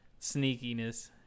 sneakiness